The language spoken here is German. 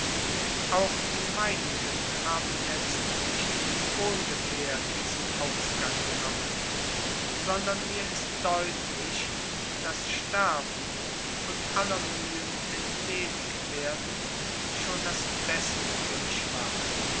auch die meinigen haben jetzt nicht von ohngefähr diesen ausgang genommen sondern mir ist deutlich daß sterben und aller mühen entledigt werden schon das beste für mich war